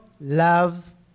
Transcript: loves